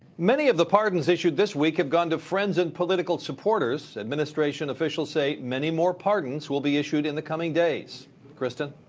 many of the pardons issued this week have gone to friends and political supporters administration officials say many more pardons will be issued in the coming days kristen?